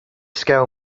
scale